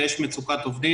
ויש מצוקת עובדים,